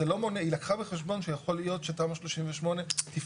היא לקחה בחשבון שיכול להיות שתמ"א 38 --- נו,